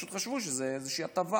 פשוט חשבו שזאת הטבה